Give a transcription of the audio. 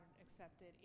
accepted